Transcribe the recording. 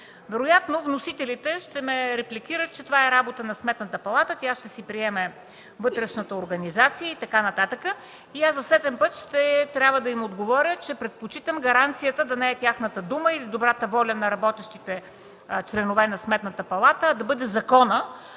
Вероятно вносителите ще ме репликират, че това е работа на Сметната палата. Тя ще си приеме вътрешната организация и така нататък. И аз за сетен път ще трябва да им отговоря, че предпочитам гаранцията да не е тяхната дума или добрата воля на работещите членове на Сметната палата, а да бъде законът,